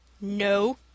No